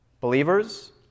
Believers